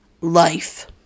life